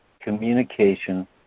communication